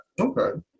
Okay